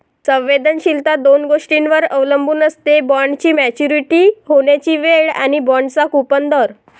संवेदनशीलता दोन गोष्टींवर अवलंबून असते, बॉण्डची मॅच्युरिटी होण्याची वेळ आणि बाँडचा कूपन दर